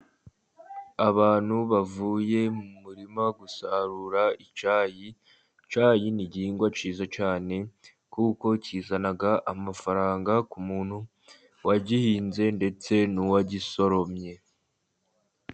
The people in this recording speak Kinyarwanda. Abantu bavuye mu murima gusarura icyayi, icyayi ni igihingwa cyiza cyane kuko kizana amafaranga ku muntu wagihinze ndetse n'uwagisoromye.